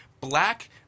black